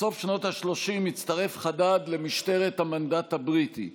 בסוף שנות השלושים הצטרף חדד למשטרת המנדט הבריטי.